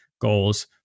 goals